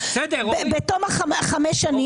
בתום חמש שנים,